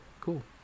cool